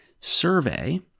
Survey